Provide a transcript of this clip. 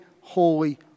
holy